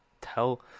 tell